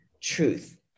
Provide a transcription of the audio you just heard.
truth